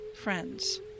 friends